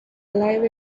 live